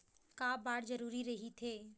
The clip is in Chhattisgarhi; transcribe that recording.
का बार जरूरी रहि थे?